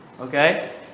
okay